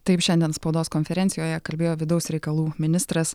taip šiandien spaudos konferencijoje kalbėjo vidaus reikalų ministras